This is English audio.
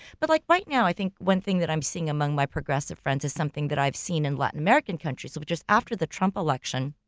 but like right now i think one thing that i'm seeing among my progressive friends is something that i've seen in latin american countries, which is after the trump election,